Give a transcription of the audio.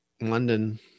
London